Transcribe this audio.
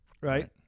Right